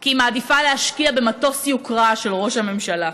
כי היא מעדיפה להשקיע במטוס יוקרה של ראש הממשלה.